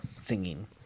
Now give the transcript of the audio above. singing